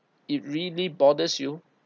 it really bothers you